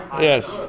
Yes